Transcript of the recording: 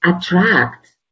attract